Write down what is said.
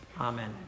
Amen